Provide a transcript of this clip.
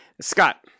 Scott